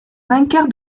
vainqueur